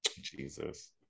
Jesus